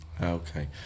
Okay